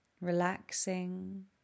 relaxing